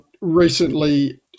recently